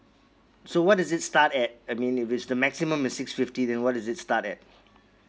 so what is it start at I mean if it's the maximum is six fifty then what is it start at